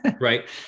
right